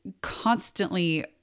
constantly